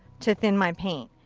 to thin my paint.